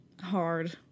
hard